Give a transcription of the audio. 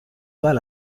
well